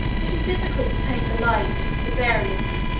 it is difficult to paint the light, the various,